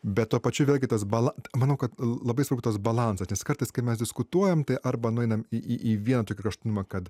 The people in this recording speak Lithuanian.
bet tuo pačiu vėlgi tas balas manau kad labai svarbu tas balansas nes kartais kai mes diskutuojam arba nueinam į į į vieną tokį kraštutinumą kad